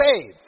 save